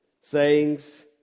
sayings